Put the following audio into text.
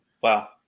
Wow